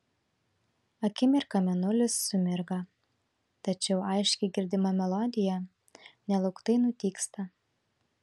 akimirką mėnulis sumirga tačiau aiškiai girdima melodija nelauktai nutyksta